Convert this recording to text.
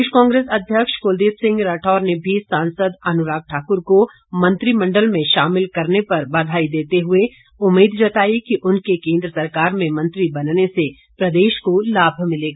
प्रदेश कांग्रेस अध्यक्ष कुलदीप सिंह राठौर ने भी सांसद अनुराग ठाकुर को मंत्रिमंडल में शामिल करने पर बधाई देते हुए उम्मीद जताई कि उनके केन्द्र सरकार में मंत्री बनने से प्रदेश को लाभ मिलेगा